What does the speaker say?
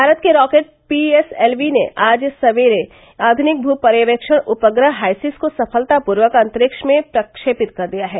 भारत के rocket PSLV ने आज सवेरे आधुनिक भू पर्यवेक्षण उपग्रह हाईसिस को सफलतापूर्वक अंतरिक्ष में प्रक्षेपित कर दिया है